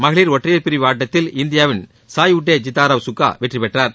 மகளிர் ஒற்றையர் பிரிவு ஆட்டத்தில் இந்தியாவின் சாய் உட்டே இத்தா ராவ் சுக்கா வெற்றி பெற்றார்